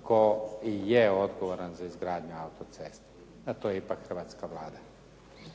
tko i je odgovoran za izgradnju auto-cesta a to je ipak hrvatska Vlada.